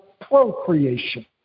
procreation